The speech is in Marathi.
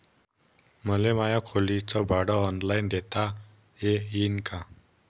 मले माया खोलीच भाड ऑनलाईन देता येईन का?